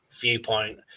viewpoint